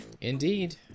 Indeed